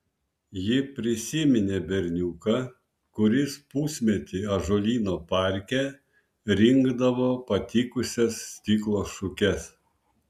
ji prisiminė berniuką kuris pusmetį ąžuolyno parke rinkdavo patikusias stiklo šukes